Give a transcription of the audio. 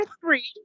three